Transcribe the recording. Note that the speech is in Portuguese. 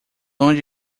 onde